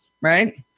right